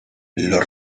los